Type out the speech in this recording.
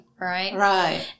Right